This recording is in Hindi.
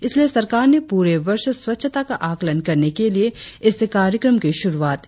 इसलिए सरकार ने पूरे वर्ष स्वच्छता का आकलन करने के लिए इस कार्यक्रम की श्रुआत की है